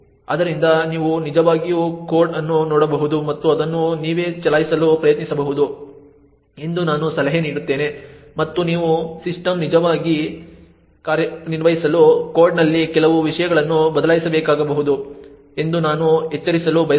ಆದ್ದರಿಂದ ನೀವು ನಿಜವಾಗಿಯೂ ಕೋಡ್ ಅನ್ನು ನೋಡಬಹುದು ಮತ್ತು ಅದನ್ನು ನೀವೇ ಚಲಾಯಿಸಲು ಪ್ರಯತ್ನಿಸಬಹುದು ಎಂದು ನಾನು ಸಲಹೆ ನೀಡುತ್ತೇನೆ ಮತ್ತು ನಿಮ್ಮ ಸಿಸ್ಟಂನಲ್ಲಿ ನಿಜವಾಗಿ ಕಾರ್ಯನಿರ್ವಹಿಸಲು ಕೋಡ್ನಲ್ಲಿ ಕೆಲವು ವಿಷಯಗಳನ್ನು ಬದಲಾಯಿಸಬೇಕಾಗಬಹುದು ಎಂದು ನಾನು ಎಚ್ಚರಿಸಲು ಬಯಸುತ್ತೇನೆ